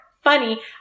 funny